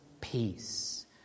peace